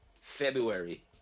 February